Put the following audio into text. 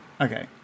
Okay